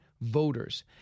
voters